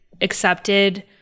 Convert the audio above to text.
accepted